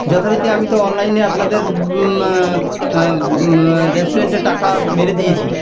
যথারীতি আমি তো অনলাইনে আপনাদের রেস্টুরেন্টে টাকা মেরে দিয়েছি